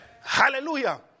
Hallelujah